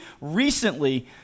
recently